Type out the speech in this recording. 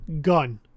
gun